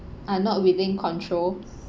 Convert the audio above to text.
are not within control